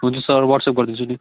हुन्छ sir WhatsApp गरिदिन्छु नि